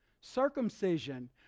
circumcision